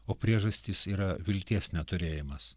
o priežastys yra vilties neturėjimas